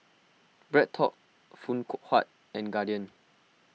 BreadTalk Phoon koo Huat and Guardian